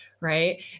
right